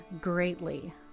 greatly